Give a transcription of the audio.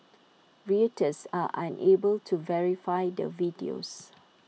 Reuters are unable to verify the videos